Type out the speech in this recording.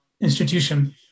institution